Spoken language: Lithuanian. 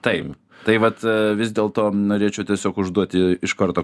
taip tai vat vis dėlto norėčiau tiesiog užduoti iš karto